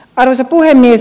arvoisa puhemies